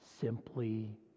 simply